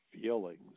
feelings